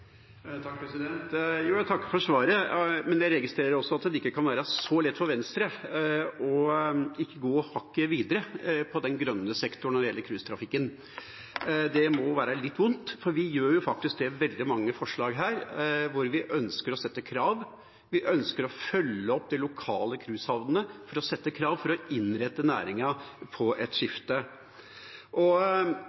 ikke kan være så lett for Venstre å ikke gå hakket videre med den grønne sektoren når det gjelder cruisetrafikken. Det må være litt vondt, for vi gjør jo faktisk det i veldig mange forslag her, der vi ønsker å sette krav, der vi ønsker å følge opp de lokale cruisehavnene for å sette krav, for å innrette næringen på et